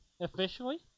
officially